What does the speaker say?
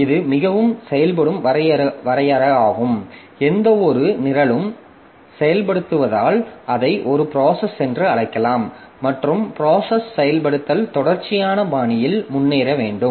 இது மிகவும் செயல்படும் வரையறையாகும் எந்தவொரு நிரலும் செயல்படுத்தப்படுவதால் அதை ஒரு ப்ராசஸ் என்று அழைக்கலாம் மற்றும் ப்ராசஸ் செயல்படுத்தல் தொடர்ச்சியான பாணியில் முன்னேற வேண்டும்